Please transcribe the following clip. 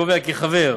הקובע כי חבר,